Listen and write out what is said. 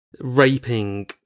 raping